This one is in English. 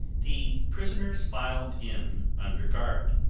the prisoners filed in under guard.